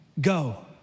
Go